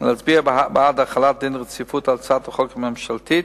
ולהצביע בעד החלת דין רציפות על הצעת החוק הממשלתית.